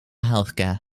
healthcare